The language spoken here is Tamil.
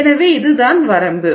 எனவே இதுதான் வரம்பு